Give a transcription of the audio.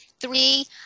Three